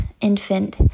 infant